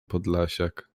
podlasiak